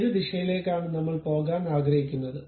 ഏത് ദിശയിലേക്കാണ് നമ്മൾ പോകാൻ ആഗ്രഹിക്കുന്നത്